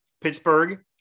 Pittsburgh